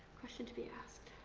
question to be asked.